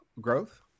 growth